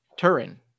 Turin